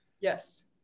yes